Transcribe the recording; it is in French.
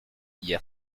hier